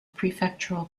prefectural